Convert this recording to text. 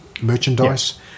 merchandise